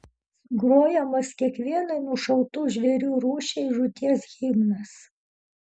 sugrojamas kiekvienai nušautų žvėrių rūšiai žūties himnas